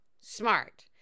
smart